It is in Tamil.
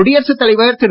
குடியரசுத் தலைவர் திரு